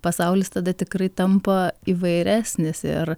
pasaulis tada tikrai tampa įvairesnis ir